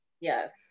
Yes